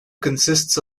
consists